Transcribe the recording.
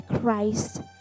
Christ